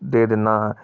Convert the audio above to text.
ਦੇ ਦਿੰਦਾ ਹਾਂ